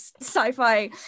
sci-fi